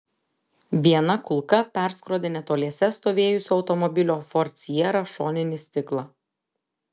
viena kulka perskrodė netoliese stovėjusio automobilio ford sierra šoninį stiklą